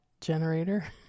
generator